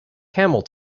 camel